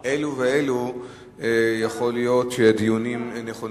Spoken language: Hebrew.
יכול להיות שהדיונים נכונים.